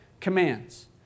commands